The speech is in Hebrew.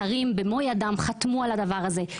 השרים במו ידיהם חתמו על הדבר הזה,